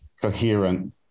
coherent